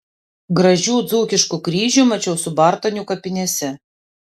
gražių dzūkiškų kryžių mačiau subartonių kapinėse